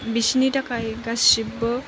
बिसोरनि थाखाय गासिबो